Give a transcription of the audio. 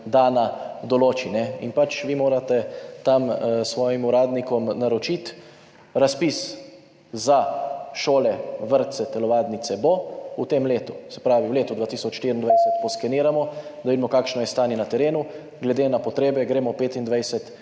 dana, določi in pač vi morate tam svojim uradnikom naročiti – razpis za šole, vrtce, telovadnice bo v tem letu, se pravi v letu 2024 poskeniramo, da vidimo, kakšno je stanje na terenu, glede na potrebe gremo 2025